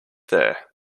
there